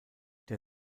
der